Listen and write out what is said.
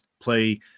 play